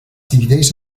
divideix